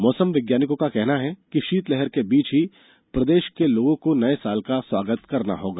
मौसम विशेषज्ञों का कहना है कि शीत लहर के बीच ही प्रदेश के लोगों को नए साल का स्वागत करना होगा